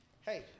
Hey